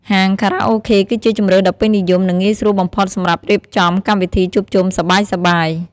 ហាងខារ៉ាអូខេ គឺជាជម្រើសដ៏ពេញនិយម និងងាយស្រួលបំផុតសម្រាប់រៀបចំ កម្មវិធីជួបជុំសប្បាយៗ។